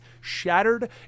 Shattered